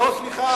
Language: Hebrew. לא, סליחה.